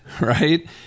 right